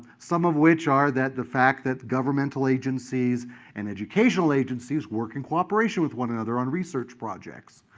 some of which are that the fact that governmental agencies and educational agencies work in cooperation with one another on research projects.